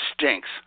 stinks